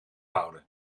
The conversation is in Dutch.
houden